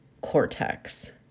cortex